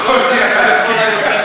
ג'ולייט זה בחורה מרוקאית.